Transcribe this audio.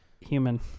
human